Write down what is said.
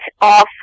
off